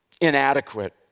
inadequate